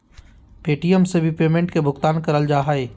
Paytm से भी payment के भुगतान करल जा हय